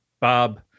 Bob